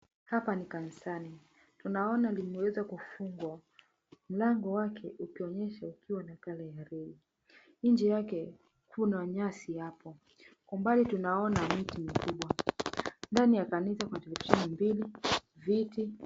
Hapa ni kanisani. Tunaona limeweza kufungwa. Mlango wake ukionyesha ukiwa na kale ya reli. Nje yake kuna nyasi hapo. Kwa mbali tunaona miti mikubwa. Ndani ya kanisa kuna televisheni mbili, viti.